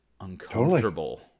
uncomfortable